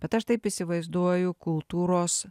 bet aš taip įsivaizduoju kultūros